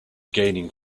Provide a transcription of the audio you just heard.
gaining